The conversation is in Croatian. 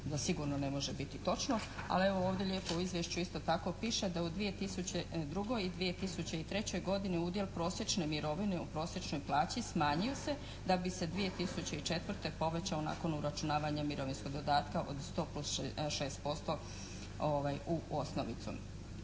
da sigurno ne može biti točno ali evo ovdje lijepo u izvješću isto tako piše da u 2002. i 2003. godini udjel prosječne mirovine u prosječnoj plaći smanjio se da bi se 2004. povećao nakon uračunavanja mirovinskog dodatka od 100 plus 6% u osnovicu,